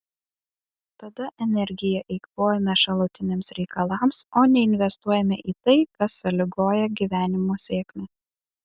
tada energiją eikvojame šalutiniams reikalams o neinvestuojame į tai kas sąlygoja gyvenimo sėkmę